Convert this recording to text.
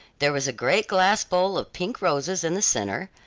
there was a great glass bowl of pink roses in the centre,